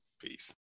Peace